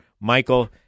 Michael